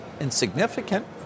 insignificant